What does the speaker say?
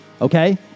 Okay